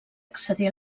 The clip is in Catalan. accedir